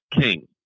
king